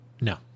no